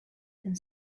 and